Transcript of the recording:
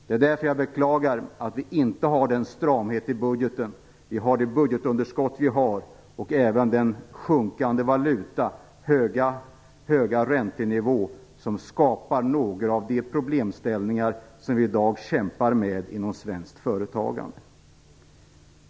Det är därför jag beklagar att vi inte har stramhet i budgeten, det budgetunderskott vi har, den sjunkande valuta och höga räntenivå som skapar några av de problemställningar som vi i dag kämpar med inom svenskt företagande.